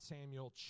Samuel